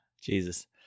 Jesus